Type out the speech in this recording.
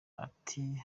ati